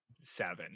seven